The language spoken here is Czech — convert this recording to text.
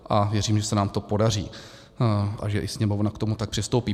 A věřím, že se nám to podaří a že i Sněmovna k tomu tak přistoupí.